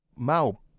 Mao